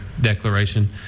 declaration